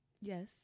yes